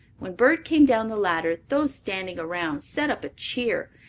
when bert came down the ladder those standing around set up a cheer,